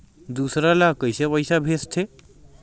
दूसरा ला कइसे पईसा भेजथे?